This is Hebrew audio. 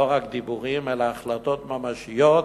לא רק דיבורים אלא החלטות ממשיות